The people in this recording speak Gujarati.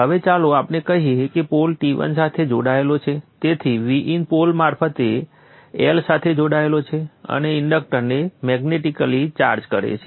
હવે ચાલો આપણે કહીએ કે પોલ T1 સાથે જોડાયેલો છે તેથી Vin પોલ મારફતે L સાથે જોડાયેલો છે અને ઇન્ડક્ટન્સને મૅગ્નેટિકલી ચાર્જ કરે છે